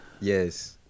Yes